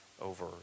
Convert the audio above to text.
over